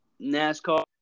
NASCAR